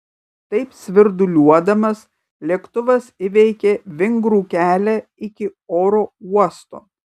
taip svirduliuodamas lėktuvas įveikė vingrų kelią iki oro uosto